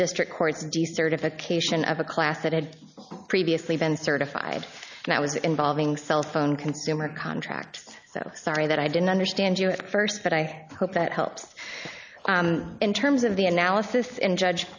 district court in the certification of a class that had previously been certified that was involving cell phone consumer contract that sorry that i didn't understand you at first but i hope that helps in terms of the analysis in judge